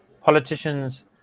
politicians